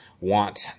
want